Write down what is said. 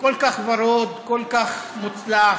כל כך ורוד, כל כך מוצלח,